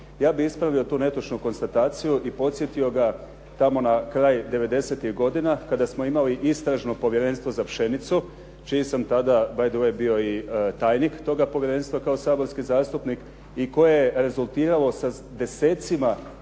Ja bih ispravio tu netočnu konstataciju i podsjetio ga tamo na kraj 90-tih godina kada smo imali Istražno povjerenstvo za pšenicu, čiji sam tada bay the way bio i tajnik toga povjerenstva kao saborski zastupnik i koje je rezultiralo sa desecima